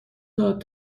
داد